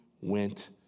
went